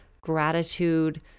gratitude